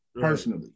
personally